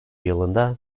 yılında